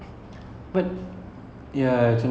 oh it's on Amazon okay so just got it okay